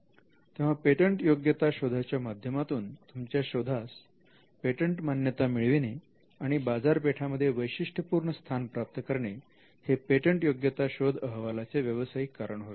तेव्हा पेटंटयोग्यता शोधाच्या माध्यमातून तुमच्या शोधास पेटंट मान्यता मिळविणे आणि बाजारपेठांमध्ये वैशिष्ट्यपूर्ण स्थान प्राप्त करणे हे पेटंटयोग्यता शोध अहवालाचे व्यवसायिक कारण होय